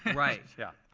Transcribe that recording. right. yeah.